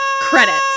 credits